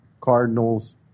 Cardinals